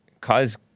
Cause